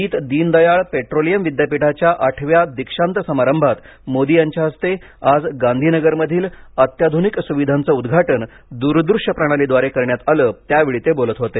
Pandit Deendayal petroleum विद्यापीठाच्या आठव्या दीक्षांत समारंभात मोदी यांच्या हस्ते आज गांधीनगरमधील अत्याधुनिक सुविधांचे उद्घाटन दूरदृश्य प्रणालीद्वारे करण्यात आले त्यावेळी ते बोलत होते